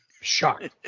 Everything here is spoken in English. Shocked